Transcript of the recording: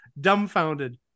dumbfounded